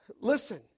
Listen